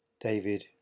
David